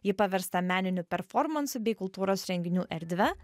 ji paversta meniniu performansu bei kultūros renginių erdve